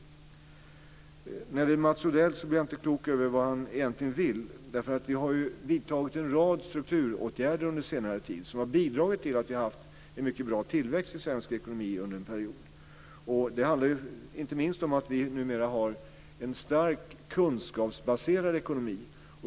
Jag blev inte på det klara med vad Mats Odell egentligen vill. Vi har under senare tid vidtagit en rad strukturåtgärder som har bidragit till att vi under en period har haft en mycket bra tillväxt i svensk ekonomi. Det handlar inte minst om att vi numera har en starkt kunskapsbaserad ekonomi.